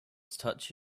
touched